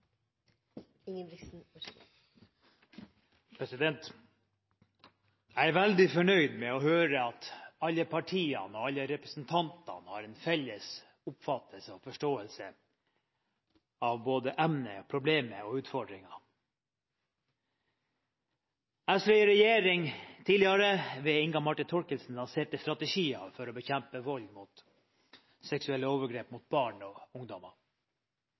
veldig fornøyd når jeg hører at alle partiene og alle representantene har en felles oppfatning og forståelse av både emnet, problemet og utfordringene. SV i regjering, ved Inga Marte Thorkildsen, lanserte strategier for å bekjempe vold og seksuelle overgrep mot barn og